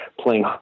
playing